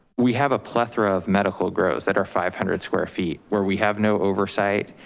we have a plethora of medical grows that are five hundred square feet. where we have no oversight,